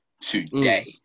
Today